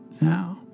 Now